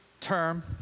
term